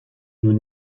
nous